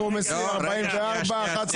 אין לא אושר.